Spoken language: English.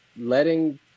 letting